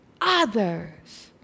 others